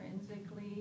intrinsically